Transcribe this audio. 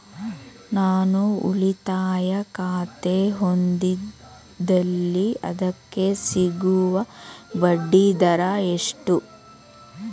ನಾನು ಉಳಿತಾಯ ಖಾತೆ ಹೊಂದಿದ್ದಲ್ಲಿ ಅದಕ್ಕೆ ಸಿಗುವ ಬಡ್ಡಿ ದರ ಎಷ್ಟು?